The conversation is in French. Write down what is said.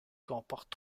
comporte